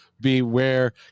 beware